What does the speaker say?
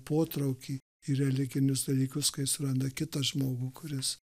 potraukį į religinius dalykus kai suranda kitą žmogų kuris